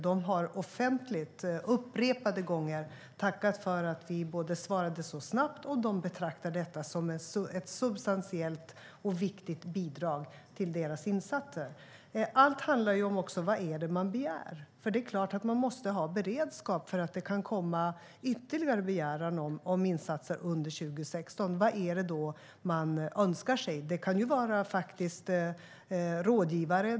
Fransmännen har upprepade gånger offentligt tackat för att vi svarade så snabbt, och de betraktar vår insats som ett substantiellt och viktigt bidrag till deras insatser. Allt handlar om vad man begär. Det är klart att vi måste ha beredskap för att det kan komma ytterligare begäran om insatser under 2016. Vad är det då man önskar sig? Det kan vara rådgivare.